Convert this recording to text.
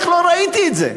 איך לא ראיתי את זה?